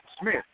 Smith